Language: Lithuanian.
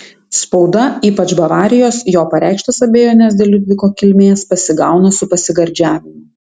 spauda ypač bavarijos jo pareikštas abejones dėl liudviko kilmės pasigauna su pasigardžiavimu